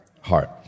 Heart